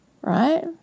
right